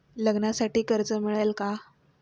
लग्नासाठी कर्ज मिळेल का?